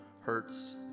hurts